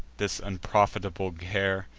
this unprofitable care?